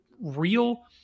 real